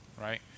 right